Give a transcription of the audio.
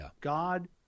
God